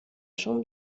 chambre